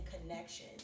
connection